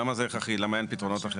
למה זה הכרחי, למה אין פתרונות אחרים,